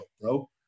bro